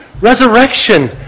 Resurrection